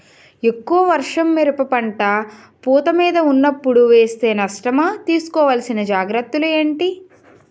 ఎక్కువ వర్షం మిరప పంట పూత మీద వున్నపుడు వేస్తే నష్టమా? తీస్కో వలసిన జాగ్రత్తలు ఏంటి?